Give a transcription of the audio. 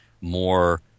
more